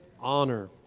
honor